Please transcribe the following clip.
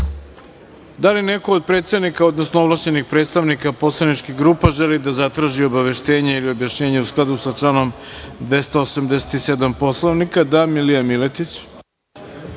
li neko od predsednika, odnosno ovlašćenih predstavnika poslaničkih grupa želi da zatraži obaveštenje ili objašnjenje u skladu sa članom 287. Poslovnika? Da, reč ima Milija Miletić.